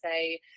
say